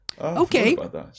Okay